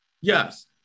Yes